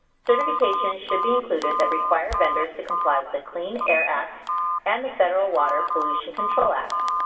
certifications should be included that require vendors to comply with the clean air act and the federal water pollution control act.